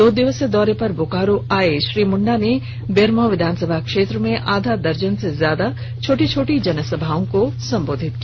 दो दिवसीय दौरे पर बोकारो आए श्री मुंडा ने बेरमो विधानसभा क्षेत्र में आधा दर्जन से ज्यादा छोटी छोटी जनसभाओं को संबोधित किया